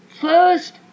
first